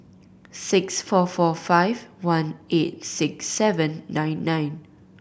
six four four five one eight six seven nine nine